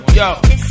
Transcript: yo